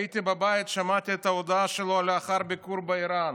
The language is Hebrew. הייתי בבית ושמעתי את ההודעה שלו לאחר ביקור באיראן.